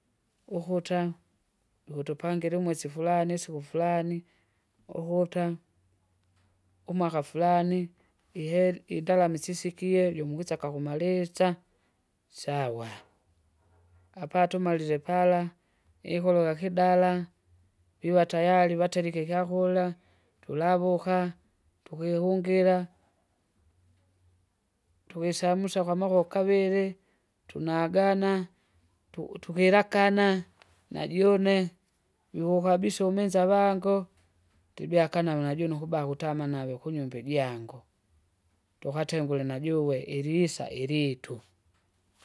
Ukuta, jikutupangile umwesi furani, isiku furani, ukuta umwaka furani, iheri indalama isisikie jomwikisa kakumalitsa, sawa! apatumalile pala, ingologa kidala, viva tayari vaterike ikyakula, tulavuka, tukikungira. Tukisamusa kwamako kavili, tunagana, tu- tukilakana, najune, juku kabisa uminza vango, nddibyakanawu najune ukuba kutama nave kunyumba ijangu, ndukatengule najuve ilisa ilitu.